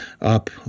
up